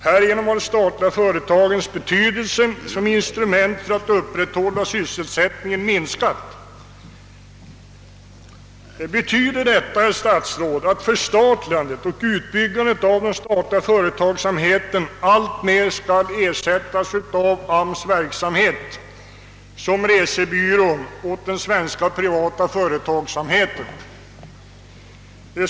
Härigenom har de statliga företagens betydelse som instrument för att upprätthålla sysselsättningen minskat.» Betyder detta, herr statsråd, att förstatligandet och utbyggnaden av den statliga företagsamheten alltmer skall ersättas av arbetsmarknadsstyrelsens verksamhet-som resebyrå åt den svenska privata företagsamheten?